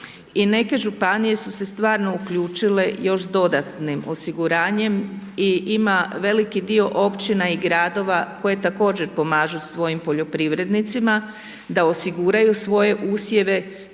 I neke županije su se stvarno uključile još s dodatnim osiguranjem i ima veliki dio općina i gradova koje također pomažu svojim poljoprivrednicima da osiguraju svoje usjeve